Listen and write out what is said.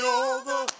over